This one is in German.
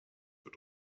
wird